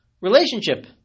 relationship